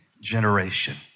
generation